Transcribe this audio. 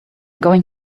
going